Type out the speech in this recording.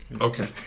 okay